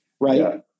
right